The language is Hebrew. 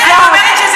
לא.